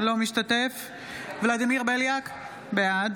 אינו משתתף בהצבעה ולדימיר בליאק, בעד